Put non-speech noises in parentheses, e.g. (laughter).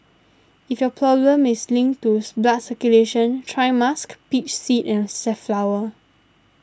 if your problem is linked to (noise) blood circulation try musk peach seed and safflower